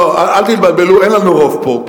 לא לא, אל תתבלבלו, אין לנו רוב פה.